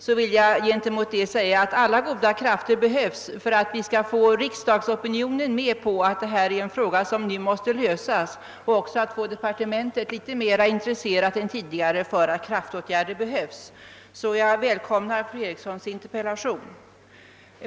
Gentemot detta vill jag säga att alla goda krafter behövs för att vi skall få riksdagsopinionen med på att detta är en fråga som nu måste lösas och även för att få departementet litet mer intresserat än tidigare av att vidta kraftåtgärder. Jag välkomnar därför fru Erikssons interpellation.